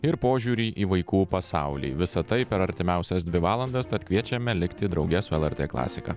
ir požiūrį į vaikų pasaulį visa tai per artimiausias dvi valandas tad kviečiame likti drauge su lrt klasika